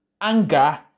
anger